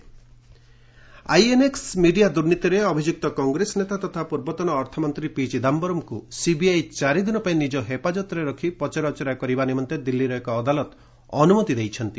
CBI Chidambaram INX media ଦୁର୍ନୀତିରେ ଅଭିଯୁକ୍ତ କଂଗ୍ରେସ ନେତା ତଥା ପୂର୍ବତନ ଅର୍ଥମନ୍ତ୍ରୀ ପି ଚିଦମ୍ଘରମ୍ଙ୍କୁ ସିବିଆଇ ଚାରିଦିନ ପାଇଁ ନିଜ ହେପାଜତରେ ରଖି ପଚରାଉଚରା କରିବା ନିମନ୍ତେ ଦିଲ୍ଲୀର ଏକ ଅଦାଲତ ଅନୁମତି ଦେଇଛନ୍ତି